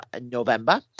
november